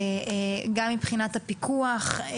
גם מבחינת הפיקוח,